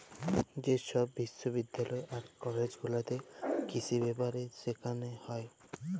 যে ছব বিশ্ববিদ্যালয় আর কলেজ গুলাতে কিসি ব্যাপারে সেখালে হ্যয়